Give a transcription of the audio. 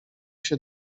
się